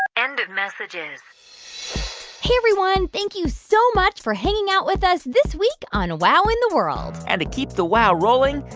end of messages hey, everyone. thank you so much for hanging out with us this week on wow in the world and to keep the wow rolling,